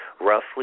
roughly